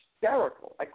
hysterical